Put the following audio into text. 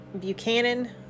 Buchanan